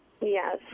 Yes